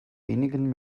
wenigen